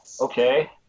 Okay